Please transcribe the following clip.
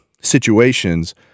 situations